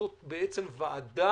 זאת בעצם ועדה,